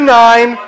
nine